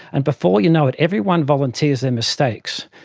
and before you know it everyone volunteers their mistakes,